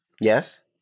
Yes